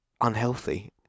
unhealthy